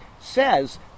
says